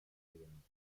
ansehen